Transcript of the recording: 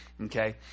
okay